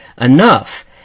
enough